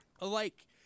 alike